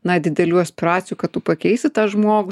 na didelių aspiracijų kad tu pakeisi tą žmogų